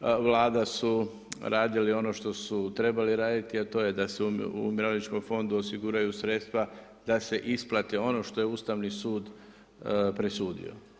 vlada su radili ono što su trebali raditi, a to je da se u Umirovljeničkom fondu osiguraju sredstva da se isplati ono što je Ustavni sud presudio.